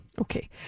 Okay